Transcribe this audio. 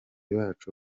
bacu